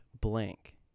blank